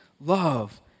love